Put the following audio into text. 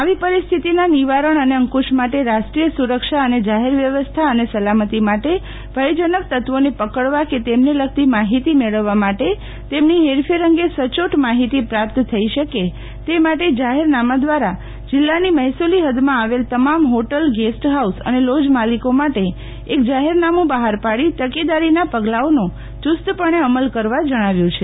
આવી પરિસ્થિતિના નિવારણ અને અંકુશ માટે રાષ્ટ્રીય સુરક્ષા અને જાહેર વ્યવસ્થા અને સલામતી માટે ભયજનક તત્વોને પકડવા કે તેમને લગતી માહિતી મેળવવા માટે તેમની હેરફેર અંગે સયોટ માહિતી પ્રાપ્ત થઇ શકે તે માટે એક જાહેરનામા દ્વારા જિલ્લાની મહેસુલી હૃદમાં આવેલ તમામ હોટલગેસ્ટફાઉસ અને લોજ માલિકો માટે એક જાહેરનોમું બહાર પાડી તકેદારીનાં પગલાંઓની ચૂસ્તપણે અમલ કરવા જણાવ્યું છે